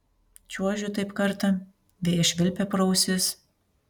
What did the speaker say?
čiuožiu taip kartą vėjas švilpia pro ausis